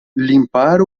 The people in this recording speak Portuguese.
limpar